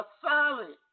solid